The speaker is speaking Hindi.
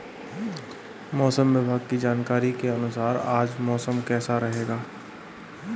मौसम विभाग की जानकारी के अनुसार आज मौसम कैसा रहेगा?